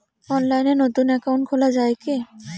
অনলাইনে নতুন একাউন্ট খোলা য়ায় কি?